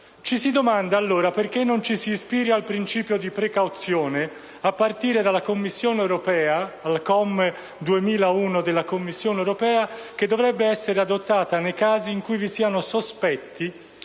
Ci si domanda allora perché non ci si ispiri al principio di precauzione, a partire dalla COM (2001) 31 della Commissione europea, che dovrebbe essere adottata nei casi in cui vi siano sospetti